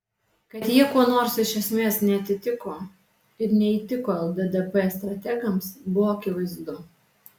kad jie kuo nors iš esmės neatitiko ir neįtiko lddp strategams buvo akivaizdu